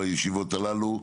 בישיבות הללו,